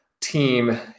team